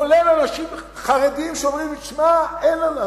כולל אנשים חרדים שאומרים לי: שמע, אין לנו.